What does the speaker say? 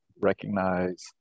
Recognize